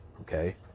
okay